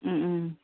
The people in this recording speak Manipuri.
ꯎꯝ ꯎꯝ